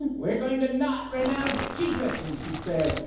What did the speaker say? and we're going to not renounce jesus! and she'd say,